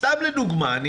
סתם לדוגמה.